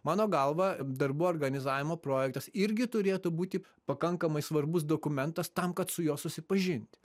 mano galva darbų organizavimo projektas irgi turėtų būti pakankamai svarbus dokumentas tam kad su juo susipažint